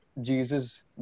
Jesus